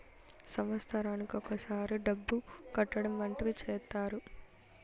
సంవత్సరానికి ఒకసారి డబ్బు కట్టడం వంటివి చేత్తారు